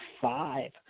five